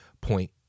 point